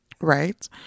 right